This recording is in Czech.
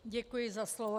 Děkuji za slovo.